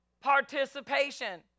participation